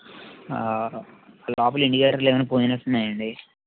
లోపల ఇండికేటర్లేమైనా పోయినట్టున్నాయండి